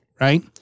right